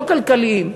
לא כלכליים.